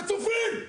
חצופים.